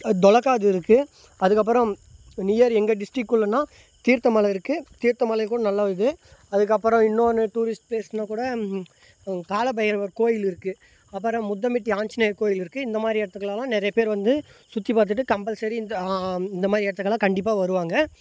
தொல்லக்காது இருக்குது அதுக்கு அப்புறம் நியர் எங்கள் டிஸ்டிக்குள்ளேனா தீர்த்த மலை இருக்குது தீர்த்த மலைக்கும் நல்லா இது அதுக்கு அப்புறம் இன்னொன்னு டூரிஸ்ட் பிளேஸ்னால் கூட கால பைரவர் கோயில் இருக்குது அப்புறம் முதமெட்டு ஆஞ்சனேயர் கோயில் இருக்குது இந்த மாதிரி இடத்துக்குலலாம் நிறைய பேர் வந்து சுற்றி பார்த்துட்டு கம்பல்சரி இந்த இந்த மாதிரி இடத்துக்குலாம் கண்டிப்பாக வருவாங்க